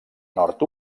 nord